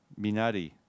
minari